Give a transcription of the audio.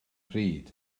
pryd